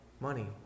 money